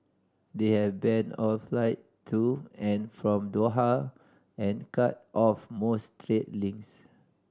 they have banned all flight to and from Doha and cut off most trade links